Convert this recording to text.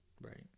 Right